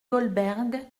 goldberg